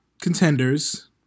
contenders